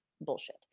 bullshit